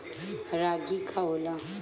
रागी का होला?